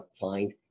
find